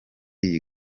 iyi